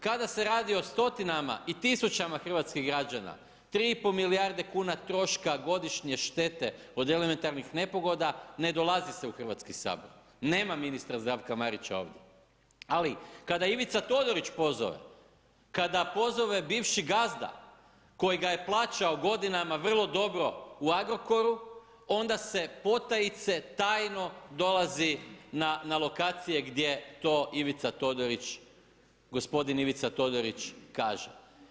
Kada se radi o stotinama i tisućama hrvatskih građana, 3,5 milijarde kuna troška godišnje štete od elementarnih nepogoda ne dolazi se u Hrvatski sabor, nema ministra Zdravka Marića, ali kada Ivica Todorić pozove, kada pozove bivši gazda kojega je plaćao godinama vrlo dobro u Agrokoru, onda se potajice, tajno dolazi na lokacije gdje to Ivica Todorić kaže.